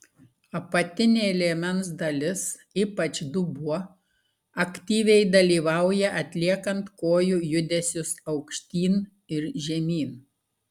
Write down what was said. apatinė liemens dalis ypač dubuo aktyviai dalyvauja atliekant kojų judesius aukštyn ir žemyn